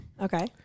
Okay